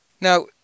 Now